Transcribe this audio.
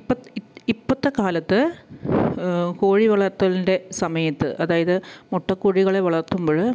ഇപ്പോള് ഇപ്പോള് ഇപ്പോഴത്തെ കാലത്ത് കോഴിവളർത്തലിൻ്റെ സമയത്ത് അതായത് മുട്ടക്കോഴികളെ വളർത്തുമ്പോള്